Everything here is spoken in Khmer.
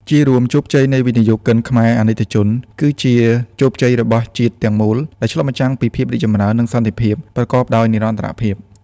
ជារួម ជោគជ័យនៃវិនិយោគិនខ្មែរអាណិកជន គឺជាជោគជ័យរបស់ជាតិទាំងមូល ដែលឆ្លុះបញ្ចាំងពី ភាពរីកចម្រើន និងសន្តិភាព ប្រកបដោយនិរន្តរភាព។